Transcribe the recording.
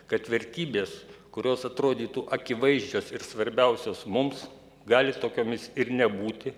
kad vertybės kurios atrodytų akivaizdžios ir svarbiausios mums gali tokiomis ir nebūti